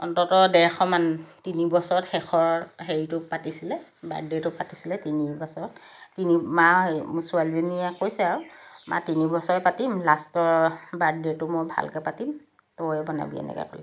অন্তত ডেৰশ মান তিনি বছৰত শেষৰ হেৰিটো পাতিছিলে বাৰ্থডে'টো পাতিছিলে তিনিবছৰত তিনি মা মোৰ ছোৱালীজনীয়ে কৈছে আৰু মা তিনিবছৰত পাতিম লাষ্টৰ বাৰ্থডে'টো মই ভালকৈ পাতিম তয়ে বনাবি এনেকৈ ক'লে